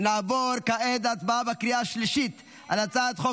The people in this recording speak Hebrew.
נעבור כעת להצבעה בקריאה השלישית על הצעת חוק